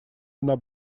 она